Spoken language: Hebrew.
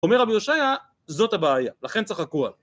אומר רבי הושעיה זאת הבעיה לכן צחקו על...